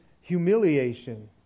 humiliation